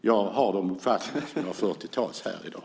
Jag har den uppfattning som jag har fört till tals här i dag.